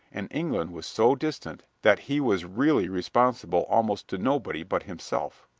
and england was so distant that he was really responsible almost to nobody but himself.